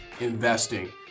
investing